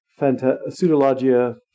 pseudologia